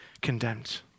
condemned